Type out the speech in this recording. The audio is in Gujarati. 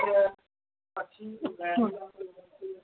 હ